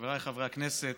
חבריי חברי הכנסת,